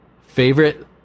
favorite